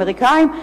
אמריקנים,